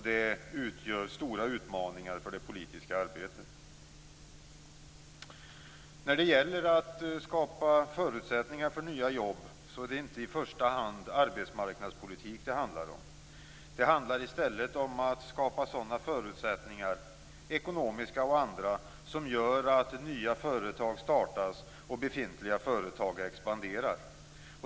De är stora utmaningar för det politiska arbetet. När det gäller att skapa förutsättningar för nya jobb är det inte i första hand arbetsmarknadspolitik det handlar om. Det handlar i stället om att skapa sådana förutsättningar, ekonomiska och andra, som gör att nya företag startas och befintliga företag expanderar.